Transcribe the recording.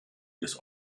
des